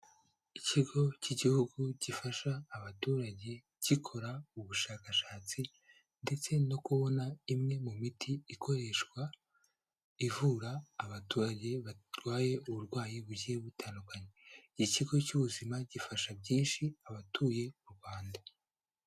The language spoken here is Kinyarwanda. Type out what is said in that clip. Ikigo k'igihugu gifasha abaturage, gikora ubushakashatsi, ndetse no kubona imwe mu miti ikoreshwa ivura abaturage, batwaye uburwayi bugiye butandukanye. Ikigo cy'ubuzima gifasha byinshi, abatuye u Rwanda.